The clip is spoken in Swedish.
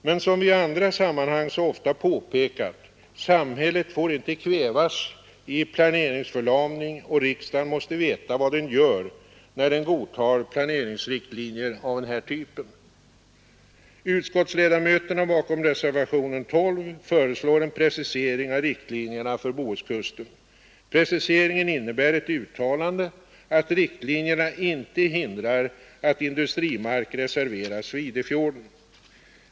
Men, som vi i andra sammanhang så ofta påpekat, får samhället inte kvävas i planeringsförlamning, och riksdagen måste veta vad den gör när den godtar planeringsriktlinjer av den här typen. Utskottsledamöterna bakom reservationen 12 föreslår en precisering av riktlinjerna för Bohuskusten. Preciseringen innebär ett uttalande, att riktlinjerna inte hindrar att industrimark reserveras vid Idefjorden.